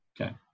Okay